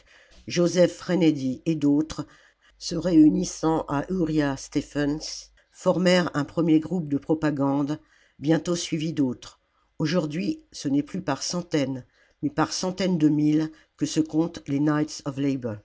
joseph rennedy et d'autres se réunissant à uriah stephens formèrent un premier groupe de propagande bientôt suivi d'autres aujourd'hui ce n'est plus par centaines mais par centaines de mille que se comptent les